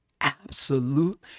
absolute